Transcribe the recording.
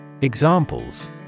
Examples